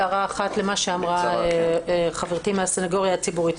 הערה אחת על מה שאמרה חברתי מן הסניגוריה הציבורית.